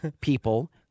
people